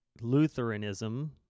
Lutheranism